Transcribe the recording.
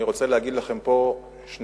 אני רוצה להגיד לכם פה ששניכם,